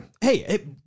Hey